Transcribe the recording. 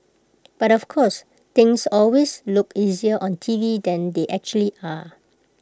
but of course things always look easier on T V than they actually are